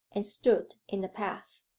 and stood in the path.